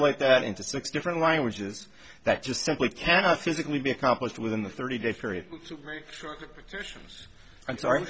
te that into six different languages that just simply cannot physically be accomplished within the thirty day period excuse i'm sorry